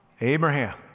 Abraham